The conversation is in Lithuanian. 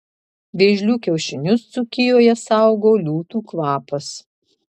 vėžlių kiaušinius dzūkijoje saugo liūtų kvapas